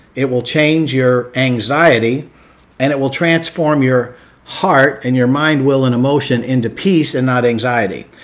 it will change your anxiety and it will transform your heart and your mind, will, and emotion into peace and not anxiety.